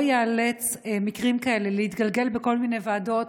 ייאלץ מקרים כאלה להתגלגל בכל מיני ועדות,